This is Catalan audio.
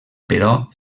però